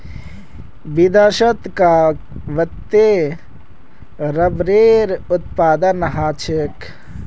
विदेशत कां वत्ते रबरेर उत्पादन ह छेक